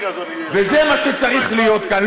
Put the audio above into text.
וזה מה שצריך להיות כאן,